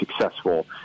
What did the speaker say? successful